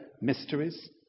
mysteries